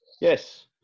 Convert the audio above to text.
yes